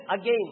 again